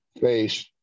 face